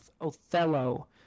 Othello